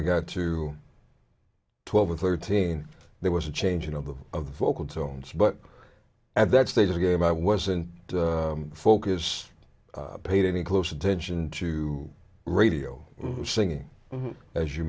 i got to twelve or thirteen there was a changing of the of the vocal tones but at that stage of the game i wasn't focused paid any close attention to radio singing as you